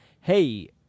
Hey